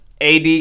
AD